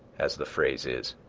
as the phrase is.